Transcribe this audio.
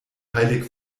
heilig